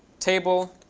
table,